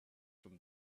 from